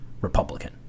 Republican